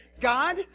God